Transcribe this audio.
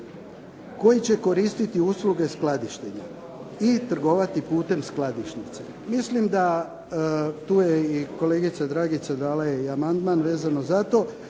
koji će koristiti usluge skladištenja i trgovati putem skladišnice. Mislim da tu je i kolegica Dragica dala je i amandman vezano za to,